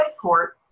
court